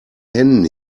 händen